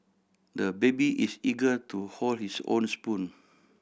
the baby is eager to hold his own spoon